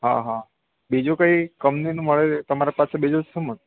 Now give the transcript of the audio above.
હા હા બીજું કઈ કંપનીનું મળે તમારા પાસે બીજું શું મ